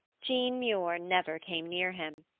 jean muir never came near him,